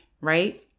right